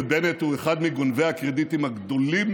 ובנט הוא אחד מגונבי הקרדיטים הגדולים